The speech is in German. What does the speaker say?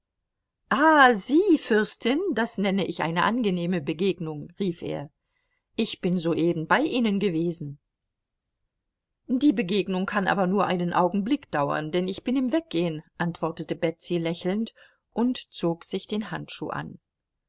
sie fürstin das nenne ich eine angenehme begegnung rief er ich bin soeben bei ihnen gewesen die begegnung kann aber nur einen augenblick dauern denn ich bin im weggehen antwortete betsy lächelnd und zog sich den handschuh an